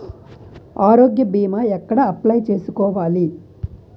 ఆరోగ్య భీమా ఎక్కడ అప్లయ్ చేసుకోవాలి?